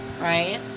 right